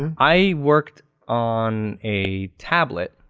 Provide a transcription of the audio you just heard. i worked on a tablet.